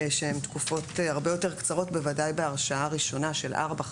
שהן תקופות הרבה יותר קצרות בוודאי בהרשעה ראשונה של ארבע,